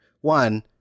one